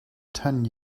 ten